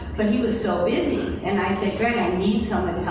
but he was so busy, and i said, greg, i need someone